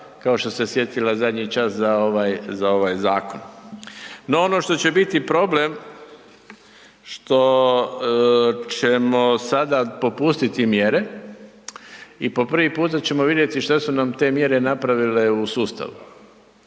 kao što se sjetila zadnji čas za ovaj zakon. No ono što će biti problem što ćemo sada popustiti mjere i po prvi puta ćemo vidjeti što su nam te mjere napravile u sustavu.